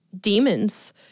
demons